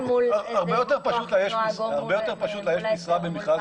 הרבה יותר פשוט לאייש משרה במכרז פנימי.